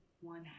one